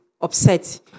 upset